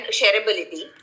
shareability